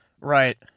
Right